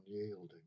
unyielding